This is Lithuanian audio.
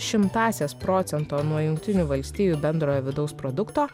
šimtąsias procento nuo jungtinių valstijų bendrojo vidaus produkto